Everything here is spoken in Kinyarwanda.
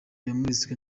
yamuritswe